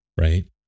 Right